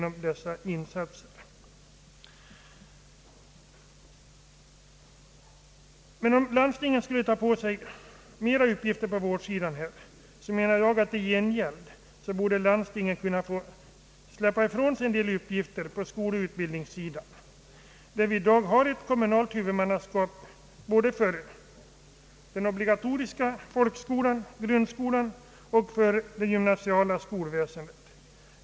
Om landstingen skall ta på sig ytterligare uppgifter på vårdsidan anser jag emellertid att landstingen i gengäld borde kunna få släppa ifrån sig en del uppgifter på skoloch utbildningssidan. På det området har primärkommunerna huvudmannaskapet både när det gäller grundskolan och det gymnasiala skolväsendet.